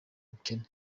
bukene